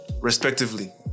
respectively